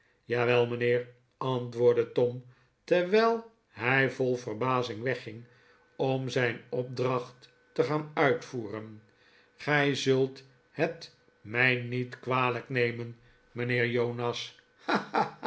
jawel mijnheer antwoordde tom terwijl hij vol verbazing wegging om zijn opdracht te gaan uitvoeren gij zult het mij niet kwalijk nemen mijnheer jonas